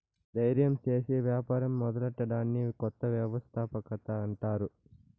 దయిర్యం సేసి యాపారం మొదలెట్టడాన్ని కొత్త వ్యవస్థాపకత అంటారు